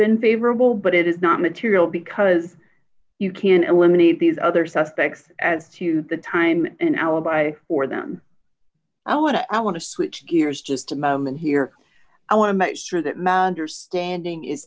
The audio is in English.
been favorable but it is not material because you can eliminate these other suspects as to the time an alibi for them and what i want to switch gears just a moment here i want to make sure that mound or standing is